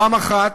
פעם אחת,